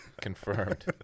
confirmed